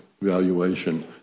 valuation